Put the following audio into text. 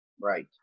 Right